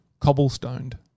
cobblestoned